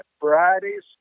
varieties